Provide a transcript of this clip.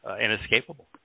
inescapable